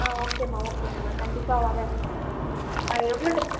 ஆ ஓகேம்மா ஓகேம்மா நான் கண்டிப்பாக வரேன் எவ்வளோ